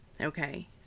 Okay